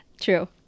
True